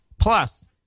Plus